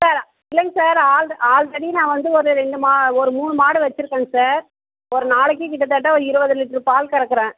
sir இல்லைங்க sir all already நான் வந்து ஒரு ரெண்டு மா ஒரு மூணு மாடு வச்சுருக்கேங்க சார் ஒரு நாளைக்கு கிட்டத்தட்ட ஒரு இருபது லிட்டர் பால் கறக்கிறேன்